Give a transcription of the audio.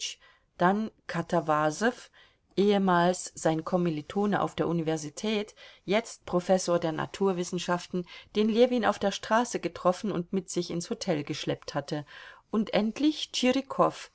dann katawasow ehemals sein kommilitone auf der universität jetzt professor der naturwissenschaften den ljewin auf der straße getroffen und mit sich ins hotel geschleppt hatte und endlich